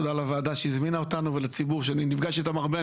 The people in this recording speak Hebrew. תודה לוועדה שהזמינה אותנו ולציבור שאני נפגש איתם הרבה,